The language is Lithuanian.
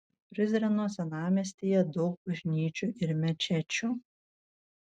prizreno senamiestyje daug bažnyčių ir mečečių